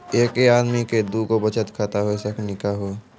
एके आदमी के दू गो बचत खाता हो सकनी का हो?